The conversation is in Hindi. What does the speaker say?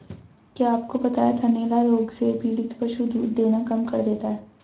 क्या आपको पता है थनैला रोग से पीड़ित पशु दूध देना कम कर देता है?